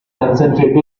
concentrated